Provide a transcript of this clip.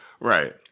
Right